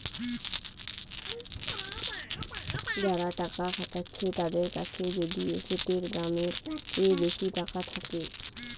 যারা টাকা খাটাচ্ছে তাদের কাছে যদি এসেটের দামের চেয়ে বেশি টাকা থাকে